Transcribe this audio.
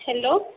hello